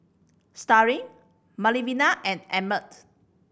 Starling Melvina and Emmett